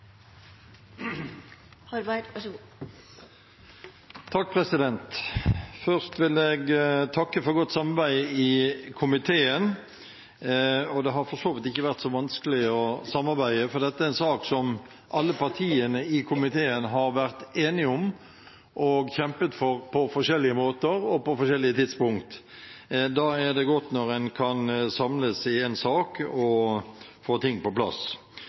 har for så vidt ikke vært så vanskelig å samarbeide, for dette er en sak som alle partiene i komiteen har vært enige om og kjempet for på forskjellige måter og på forskjellige tidspunkt. Da er det godt når en kan samles i en sak og få ting på plass.